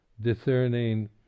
Discerning